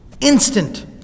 Instant